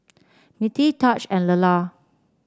Mettie Taj and Lelar